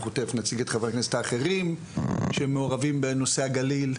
אנחנו תיכף נציג את חברי הכנסת האחרים שמעורבים בנושא הגליל,